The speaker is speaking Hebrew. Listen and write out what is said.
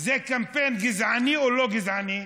זה קמפיין גזעני או לא גזעני?